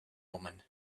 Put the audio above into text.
woman